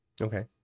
Okay